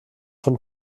von